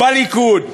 בליכוד.